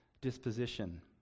disposition